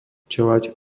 čeľaď